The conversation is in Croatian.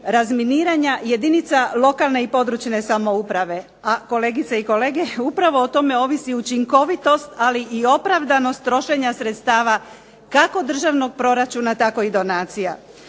razminiranja jedinca lokalne i područne samouprave. A, kolegice i kolege, upravo o tome ovisi učinkovitost, ali i opravdanost trošenja sredstava kako državnog proračuna tako i donacija.